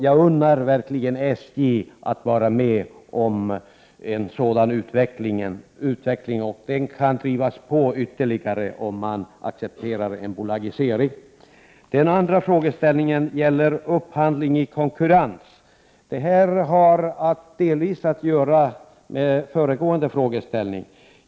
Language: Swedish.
Jag unnar verkligen SJ att vara med om en sådan utveckling, och den kan drivas på ytterligare om man accepterar en bolagisering. En annan fråga gäller upphandling i konkurrens. Detta har delvis att göra med föregående frågeställning.